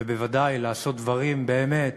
ובוודאי לעשות דברים באמת